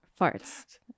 farts